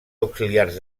auxiliars